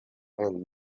and